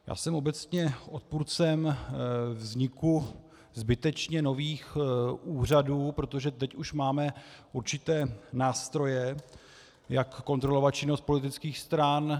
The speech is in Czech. Já jsem obecně odpůrcem vzniku zbytečně nových úřadů, protože teď už máme určité nástroje, jak kontrolovat činnost politických stran.